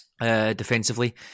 defensively